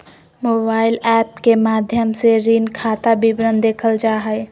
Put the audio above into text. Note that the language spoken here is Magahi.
मोबाइल एप्प के माध्यम से ऋण खाता विवरण देखल जा हय